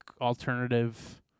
alternative